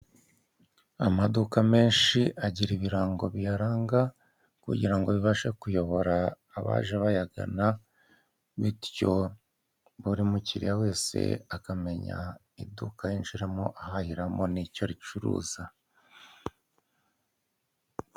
Amaduka menshi agira ibirango biyaranga kugira ngo bibashe kuyobora abaje bayagana, bityo buri mukiriya wese akamenya iduka yinjiramo ahahiramo n'icyo ricuruza.